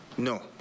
No